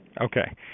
Okay